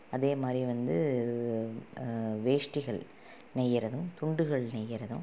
அதேமாதிரி வந்து வேட்டிகள் நெய்கிறதும் துண்டுகள் நெய்கிறதும்